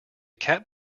cat